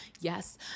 Yes